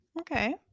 Okay